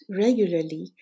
regularly